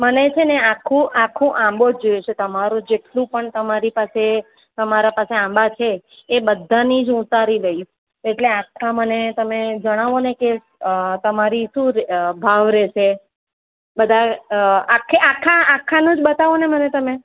મને છે ને આખુ આખુ આંબો જ જોઈએ છે તમારો જેટલું પણ તમારી પાસે તમારા પાસે આંબા છે એ બધાની જ હું ઉતારી લઈશ એટલે આખા મને તમે જણાવો ને કે તમારી શું રે ભાવ રહેશે બધા આખે આખા આખાનું જ બતાવો ને મને તમે